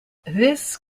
this